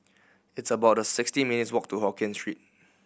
it's about sixty minutes' walk to Hokkien Street